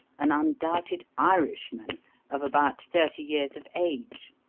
an undoubted irishman of about thirty years of age,